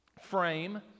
frame